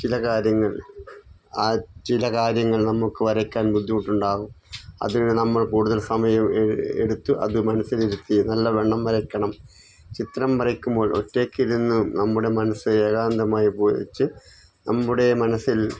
ചില കാര്യങ്ങൾ ആ ചില കാര്യങ്ങൾ നമുക്കു വരയ്ക്കാൻ ബുദ്ധിമുട്ടുണ്ടാകും അതിനു നമ്മൾ കൂടുതൽ സമയം എടുത്തു അതു മനസ്സിലിരുത്തി നല്ലവണ്ണം വരയ്ക്കണം ചിത്രം വരയ്ക്കുമ്പോൾ ഒറ്റയ്ക്കിരുന്നും നമ്മുടെ മനസ്സ് ഏകാന്തമായി നമ്മുടെ മനസ്സിൽ